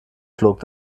flog